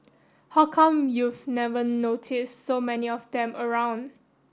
how come you've never noticed so many of them around